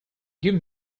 give